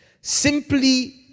Simply